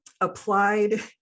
applied